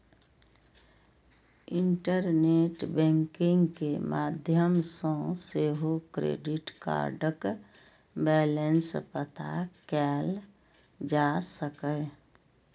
internet banking के माध्यम सं सेहो क्रेडिट कार्डक बैलेंस पता कैल जा सकैए